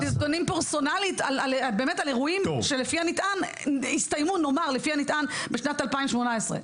אירועים שלפי הנטען הסתיימו בשנת 2018,